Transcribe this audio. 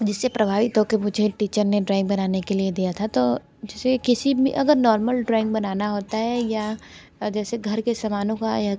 जिससे प्रभावित होके मुझे टीचर ने ड्रॉइंग बनाने के लिए दिया था तो जिसे किसी भी अगर नॉर्मल ड्रॉइंग बनाना होता है या जैसे घर के सामानों का